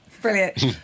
brilliant